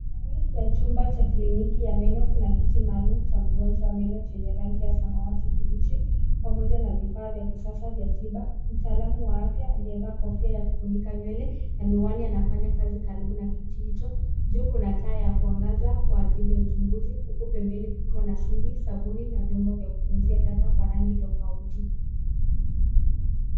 Ndani ya chumba ya kliniki ya meno kuna kiti maalum cha mngonjwa wa meno chenye rangi ya zamawati kibichi pamoja na vifaa vya kisasa vya tiba . Mtaalamu wa afya aliyevaa kofia ya kufunika nywele na miwani anafanya kazi karibu na kiti hicho. Juu kuna taa wa kuangaza kwa ajili ya uchunguzi huku pembeni kukiwa na sinki sabuni na vyombo kutunzia taka kwa rangi tafauti.